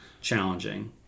challenging